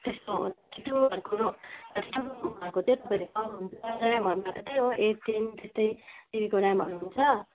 त्यस्तो त्योहरूको भएको चाहिँ तपाईँले पाउनुहुन्छ ऱ्यामहरूमा त त्यही हो एट टेन त्यस्तै जिबीको ऱ्यामहरू हुन्छ